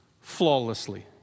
flawlessly